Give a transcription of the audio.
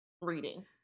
reading